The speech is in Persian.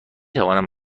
توانم